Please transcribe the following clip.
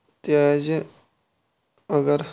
تِکیٛازِ اگر